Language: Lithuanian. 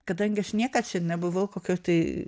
kadangi aš niekad čia nebuvau kokioj tai